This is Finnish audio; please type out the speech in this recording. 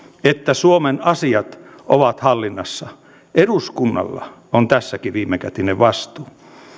että suomen asiat ovat hallinnassa eduskunnalla on tässäkin viimekätinen vastuu